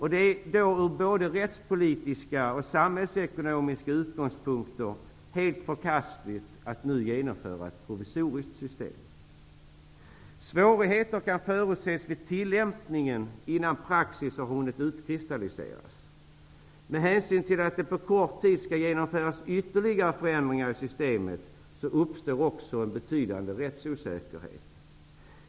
Från både rättspolitiska och samhällsekonomiska utgångspunkter är det helt förkastligt att nu genomföra ett provisoriskt system. Svårigheter kan förutses vid tillämpningen innan praxis har hunnit utkristalliseras. Med hänsyn till att det på kort tid skall genomföras ytterligare förändringar i systemet uppstår också en betydande rättsosäkerhet.